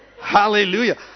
Hallelujah